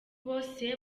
bose